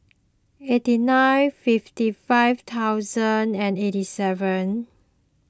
eighty nine fifty five thousand and eighty seven